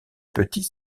petit